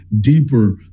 deeper